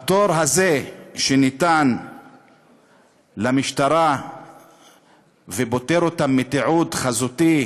הפטור הזה שניתן למשטרה ופוטר אותה מתיעוד חזותי